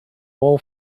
wall